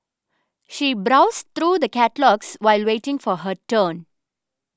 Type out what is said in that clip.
she browsed through the catalogues while waiting for her turn